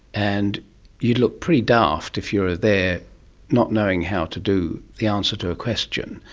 and you'd look pretty daft if you were there not knowing how to do the answer to a question.